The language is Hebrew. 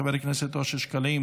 חבר הכנסת אושר שקלים,